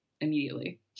immediately